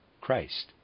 Christ